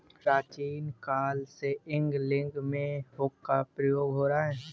प्राचीन काल से एंगलिंग में हुक का प्रयोग हो रहा है